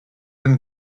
and